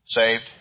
Saved